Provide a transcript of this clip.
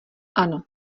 ano